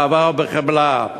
באהבה ובחמלה.